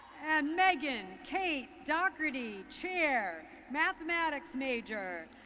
and megan kate docrety, chair, mathmatics major,